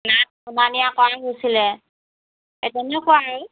nurse অনা নিয়া কৰা হৈছিলে এই তেনেকুৱাই আৰু